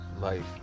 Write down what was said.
life